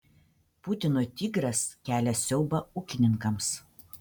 putino tigras kelia siaubą ūkininkams